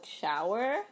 shower